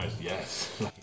yes